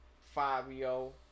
Fabio